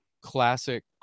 classic